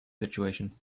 situation